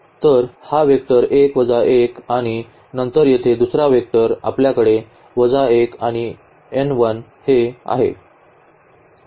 तर हा वेक्टर 1 वजा 1 आणि नंतर येथे दुसरा वेक्टर आपल्याकडे वजा 1 आणि n 1 आहे